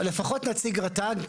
לפחות נציג רט"ג,